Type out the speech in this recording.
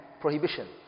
Prohibition